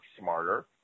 smarter